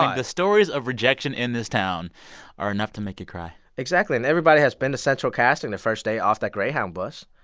the stories of rejection in this town are enough to make you cry exactly. and everybody has been to central casting their first day off that greyhound bus,